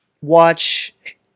watch